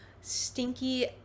stinky